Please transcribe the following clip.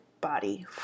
body